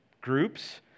groups